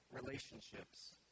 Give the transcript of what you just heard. relationships